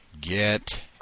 get